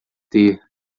ter